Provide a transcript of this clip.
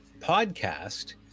podcast